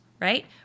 right